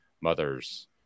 mother's